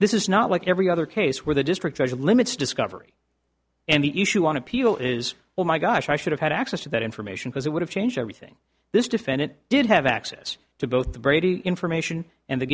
this is not like every other case where the district judge limits discovery and the issue on appeal is oh my gosh i should have had access to that information because it would have changed everything this defendant did have access to both the brady information and the